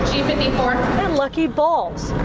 even before and lucky bowls.